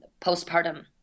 postpartum